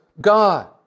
God